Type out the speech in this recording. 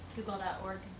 Google.org